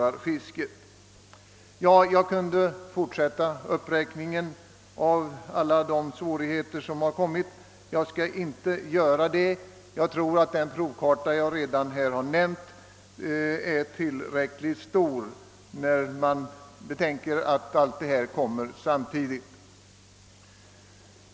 Jag skulle kunna fortsätta uppräkningen av alla de svårigheter som fiskarna har att kämpa mot. Jag skall emellertid inte göra det; jag tror att den provkarta jag redan lämnat är tillräckligt stor när man betänker att alla dessa svårigheter inträffar samtidigt.